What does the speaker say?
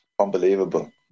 unbelievable